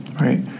right